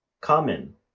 common